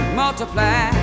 multiply